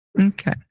Okay